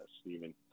Stephen